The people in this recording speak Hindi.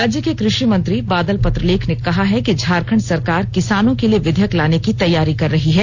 राज्य के कृषि मंत्री बादल पत्रलेख ने कहा है कि झारखंड सरकार किसानों के लिए विधेयक लाने की तैयारी कर रही है